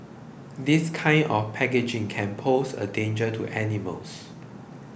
this kind of packaging can pose a danger to animals